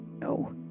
No